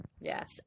Yes